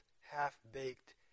half-baked